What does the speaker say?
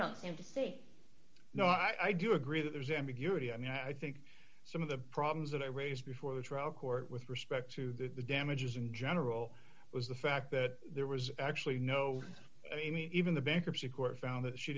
don't seem to say no i do agree that there's ambiguity i mean i think some of the problems that i raised before the trial court with respect to the damages in general was the fact that there was actually no i mean even the bankruptcy court found that she